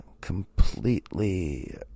completely